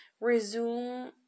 resume